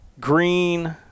green